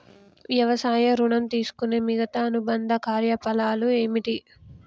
వ్యవసాయ ఋణం తీసుకునే మిగితా అనుబంధ కార్యకలాపాలు ఏమిటి?